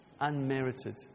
unmerited